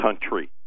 country